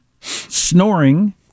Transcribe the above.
snoring